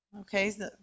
Okay